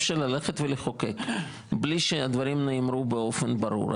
שלחוקק בלי שהדברים נאמרו באופן ברור,